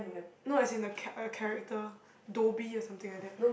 no as in the cha~ character Dobby or something like that